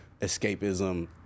escapism